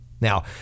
Now